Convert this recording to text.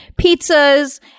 pizzas